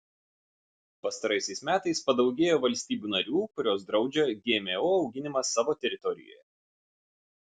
pastaraisiais metais padaugėjo valstybių narių kurios draudžia gmo auginimą savo teritorijoje